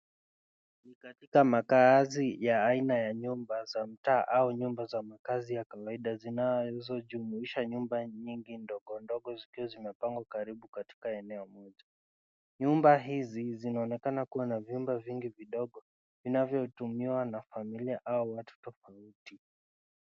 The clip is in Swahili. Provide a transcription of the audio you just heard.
Ni katika makaazi ya aina ya nyimba za mtaa au nyumba za makazi ya kawaida zinazojumuisha nyumba nyingi ndogo ndogo zikiwa zimepangana karibu katika eneo moja, nyumba hizi zinaonekana kua na vyumba vingi vidogo vinavyotumiwa na familia au watu tofauti.